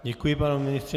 Děkuji, pane ministře.